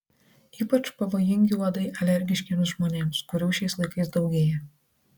ypač pavojingi uodai alergiškiems žmonėms kurių šiais laikais daugėja